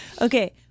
okay